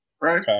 right